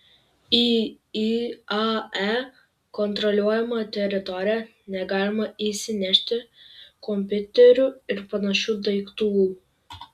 į iae kontroliuojamą teritoriją negalima įsinešti kompiuterių ir panašių daiktų